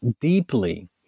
deeply